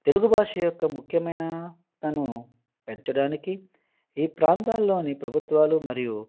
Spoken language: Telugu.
తెలుగు భాష యొక్క ముఖ్యమైన తను పెంచడానికి ఈ ప్రాంతాల్లోని ప్రభుత్వాలు మరియు